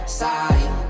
side